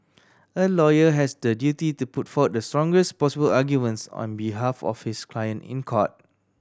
a lawyer has the duty to put forward the strongest possible arguments on behalf of his client in court